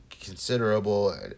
considerable